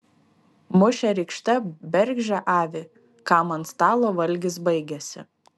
mušė rykšte bergždžią avį kam ant stalo valgis baigėsi